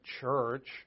church